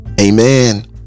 amen